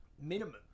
Minimum